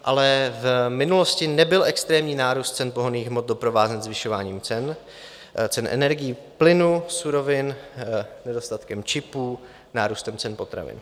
Ale v minulosti nebyl extrémní nárůst cen pohonných hmot doprovázen zvyšováním cen energií, plynu, surovin, nedostatkem čipů, nárůstem cen potravin.